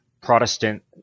Protestant